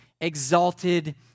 exalted